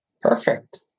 Perfect